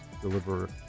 deliver